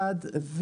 אחד,